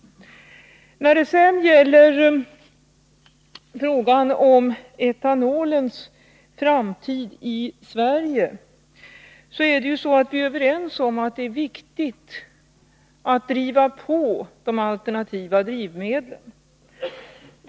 När det sedan gäller frågan om etanolens framtid i Sverige vill jag säga att vi ju är överens om att det är viktigt att driva på i fråga om de alternativa drivmedlen.